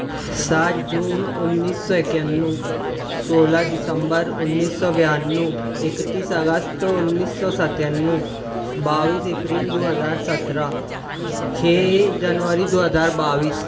سات جون انیس سو اکیانوے سولہ دسمبر انیس سو بیانوے اکتیس اگست انیس سو ستیانوے بائیس اپریل دو ہزار سترہ چھ جنوری دو ہرار بائیس